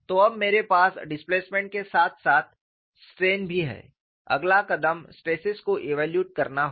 तो अब मेरे पास डिस्प्लेसमेंट के साथ साथ स्ट्रेन भी हैं अगला कदम स्ट्रेसेस को इव्यालूएट करना है